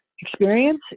experience